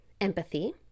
empathy